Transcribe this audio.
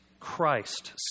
Christ